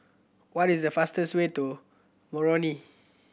what is the fastest way to Moroni